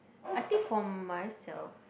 I think for myself